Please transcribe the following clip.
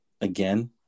Again